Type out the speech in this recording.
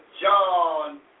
John